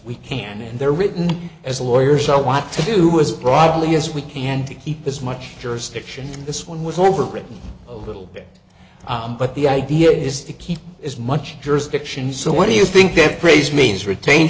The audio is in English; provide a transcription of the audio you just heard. we can and they're written as a lawyer so want to do was broadly as we can to keep as much jurisdiction in this one was overwritten a little bit but the idea is to keep as much jurisdiction so what do you think that phrase means retain